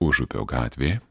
užupio gatvė